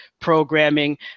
programming